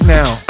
now